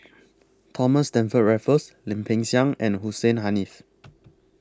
Thomas Stamford Raffles Lim Peng Siang and Hussein Haniff